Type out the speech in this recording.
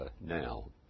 now